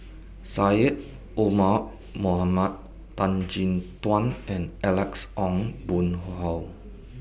Syed Omar Mohamed Tan Chin Tuan and Alex Ong Boon Hau